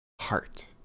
heart